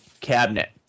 cabinet